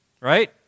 right